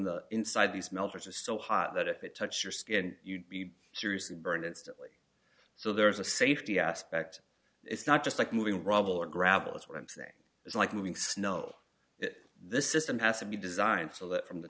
the inside these melters is so hot that if it touched your skin you'd be seriously burned instantly so there is a safety aspect it's not just like moving rubble or gravel it's what i'm saying is like moving snow the system has to be designed so that from the